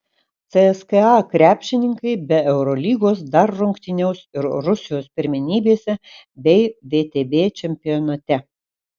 cska krepšininkai be eurolygos dar rungtyniaus ir rusijos pirmenybėse bei vtb čempionate